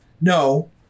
No